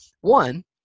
one